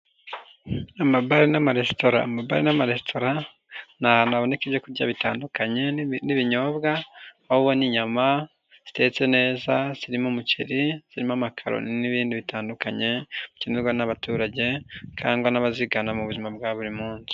Amagare n'amaresitora amabare n'amaresitora ni ahantu haboneka ibyo kurya bitandukanye n'ibinyobwa aho ubona inyama zitetse neza zirimo umuceri zirimo amakaroni n'ibindi bitandukanye bikenerwa n'abaturage cyangwa n'abazigana mu buzima bwa buri munsi.